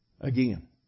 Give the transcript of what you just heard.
Again